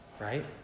right